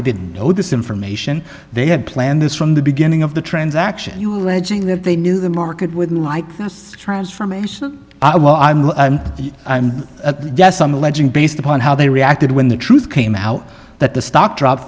they didn't know this information they had planned this from the beginning of the transaction you alleging that they knew the market would like transformation well i guess i'm alleging based upon how they reacted when the truth came out that the stock dropped